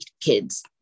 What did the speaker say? kids